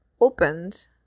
opened